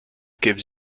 gives